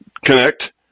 connect